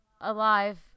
Alive